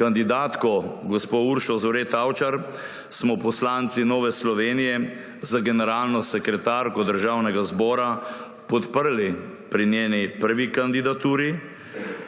Kandidatko gospo Uršo Zore Tavčar smo poslanci Nove Slovenije za generalno sekretarko Državnega zbora podprli pri njeni prvi kandidaturi